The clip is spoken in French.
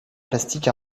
plastique